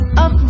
up